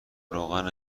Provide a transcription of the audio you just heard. روغن